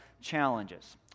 challenges